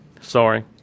sorry